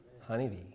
honeybee